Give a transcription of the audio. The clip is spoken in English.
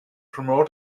promote